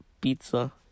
pizza